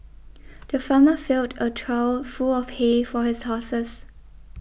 the farmer filled a trough full of hay for his horses